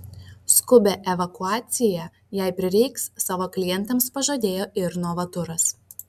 skubią evakuaciją jei prireiks savo klientams pažadėjo ir novaturas